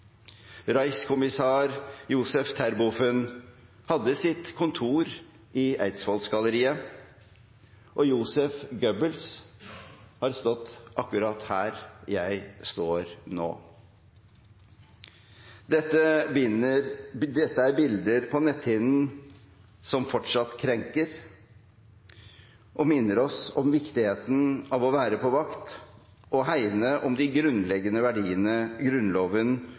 Josef Terboven hadde sitt kontor i Eidsvollsgalleriet, og Joseph Goebbels har stått akkurat her jeg står nå. Dette er bilder på netthinnen som fortsatt krenker, og minner oss om viktigheten av å være på vakt og hegne om de grunnleggende verdiene Grunnloven